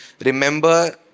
remember